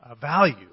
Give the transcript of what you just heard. value